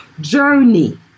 journey